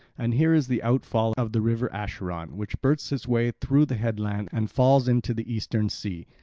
and here is the outfall of the river acheron which bursts its way through the headland and falls into the eastern sea,